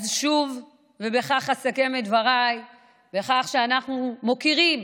אז אסכם את דבריי בכך שאנחנו מוקירים